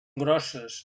grosses